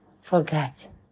forget